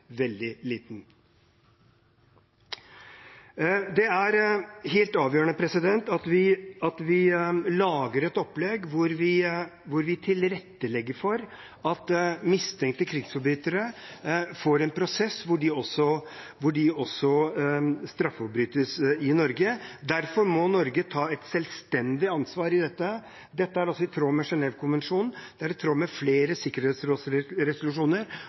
veldig liten. Det er helt avgjørende at vi lager et opplegg der vi tilrettelegger for at mistenkte krigsforbrytere får en prosess der de også straffeforfølges i Norge. Derfor må Norge ta et selvstendig ansvar i dette. Det er i tråd med Genève-konvensjonen og flere